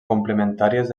complementàries